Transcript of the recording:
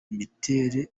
bitera